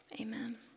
amen